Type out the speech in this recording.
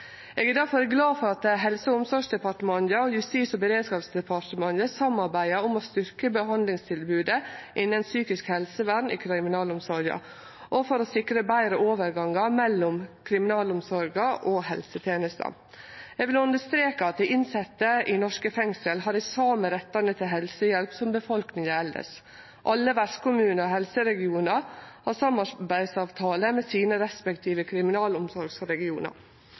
Eg er difor glad for at Helse- og omsorgsdepartementet og Justis- og beredskapsdepartementet samarbeider om å styrkje behandlingstilbodet innan psykisk helsevern i kriminalomsorga, og for å sikre betre overgangar mellom kriminalomsorga og helsetenesta. Eg vil understreke at innsette i norske fengsel har dei same rettane til helsehjelp som befolkninga elles. Alle vertskommunar og helseregionar har samarbeidsavtaler med sine respektive kriminalomsorgsregionar.